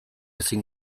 ezin